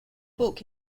book